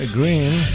Green